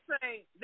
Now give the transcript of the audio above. say